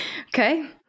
Okay